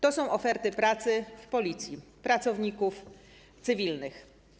To są oferty pracy w Policji dla pracowników cywilnych.